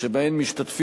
תודה רבה.